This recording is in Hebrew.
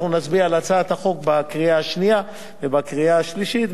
אנחנו נצביע על הצעת החוק בקריאה השנייה ובקריאה השלישית.